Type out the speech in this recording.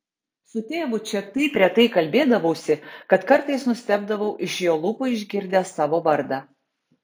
su tėvu čia taip retai kalbėdavausi kad kartais nustebdavau iš jo lūpų išgirdęs savo vardą